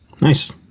Nice